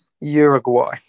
Uruguay